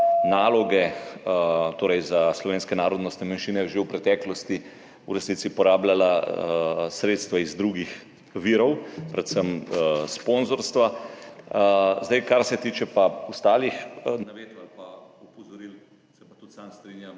naloge slovenske narodne manjšine že v preteklosti v resnici porabljala sredstva iz drugih virov, predvsem sponzorstva. Kar se pa tiče ostalih navedb ali pa opozoril, se pa tudi sam strinjam,